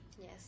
Yes